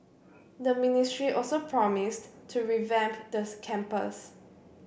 the ministry also promised to revamp campus